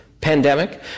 pandemic